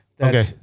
Okay